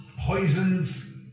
Poisons